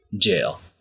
jail